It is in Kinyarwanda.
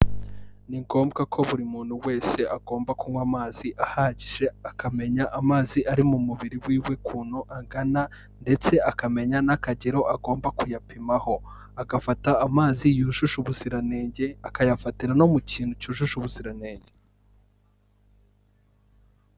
Ni ngombwa ko buri muntu wese agomba kunywa amazi ahagije, akamenya amazi ari mu mubiri w'iwe ukuntu angana ndetse akamenya n'akagero agomba kuyapimaho, agafata amazi yujuje ubuziranenge, akayafatira no mu kintu cyujuje ubuziranenge.